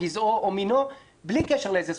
גזעו או מינו בלי קשר לאיזו זכות?